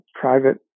private